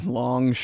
long